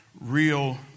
real